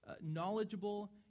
knowledgeable